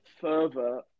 further